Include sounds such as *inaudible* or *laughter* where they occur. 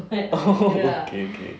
*laughs* oh okay okay